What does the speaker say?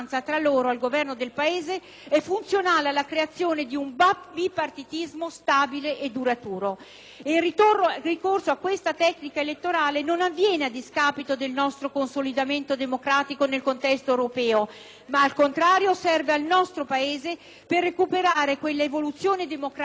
Il ricorso a questa tecnica elettorale non avviene a discapito del nostro consolidamento democratico nel contesto europeo, ma, al contrario, serve al nostro Paese per recuperare quell'evoluzione democratica che i nostri partner europei e le più grandi Nazioni del mondo occidentale hanno avuto prima di noi.